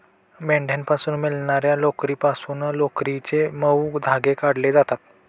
मेंढ्यांपासून मिळणार्या लोकरीपासून लोकरीचे मऊ धागे काढले जातात